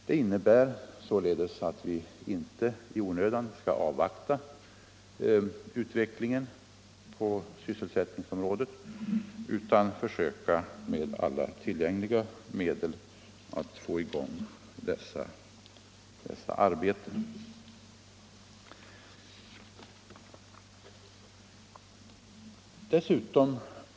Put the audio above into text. Det innebär således att vi inte skall avvakta utvecklingen på sysselsättningsområdet utan med alla tillgängliga medel försöka få i gång dessa arbeten.